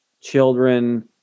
children